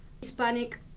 hispanic